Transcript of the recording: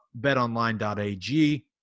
betonline.ag